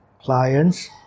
clients